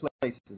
places